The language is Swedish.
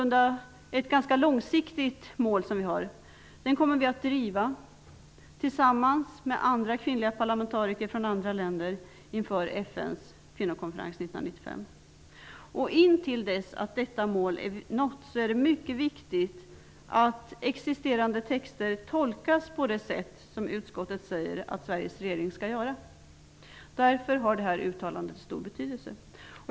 Detta mål är ganska långsiktigt, men vi kommer ändå att driva denna fråga tillsammans med andra kvinnliga parlamentariker från andra länder inför FN:s kvinnokonferens 1995. Intill dess att detta mål har uppnåtts är det mycket viktigt att existerande texter tolkas på det sätt som utskottet säger att Sveriges regering skall göra. Därför har detta uttalande stor betydelse.